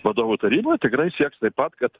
vadovų taryboj tikrai sieks taip pat kad